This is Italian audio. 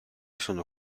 sono